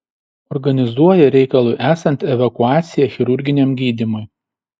organizuoja reikalui esant evakuaciją chirurginiam gydymui